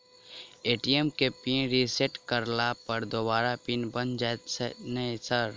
ATM केँ PIN reset करला पर दोबारा पिन बन जाइत नै सर?